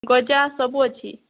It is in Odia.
ଗଜା ସବୁ ଅଛି